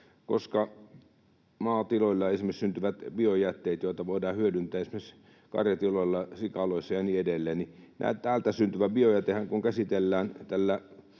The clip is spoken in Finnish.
kun maatiloilla syntyvät biojätteet, joita voidaan hyödyntää esimerkiksi karjatiloilla, sikaloissa ja niin edelleen, käsitellään mädättämismenetelmällä,